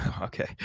okay